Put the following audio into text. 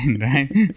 right